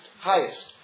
highest